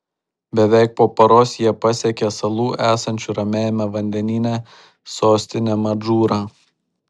beveik po paros jie pasiekė salų esančių ramiajame vandenyne sostinę madžūrą